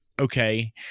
okay